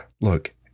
Look